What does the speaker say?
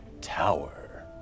tower